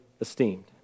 esteemed